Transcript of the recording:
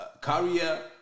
career